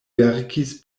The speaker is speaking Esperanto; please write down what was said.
verkis